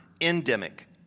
endemic